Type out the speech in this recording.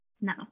No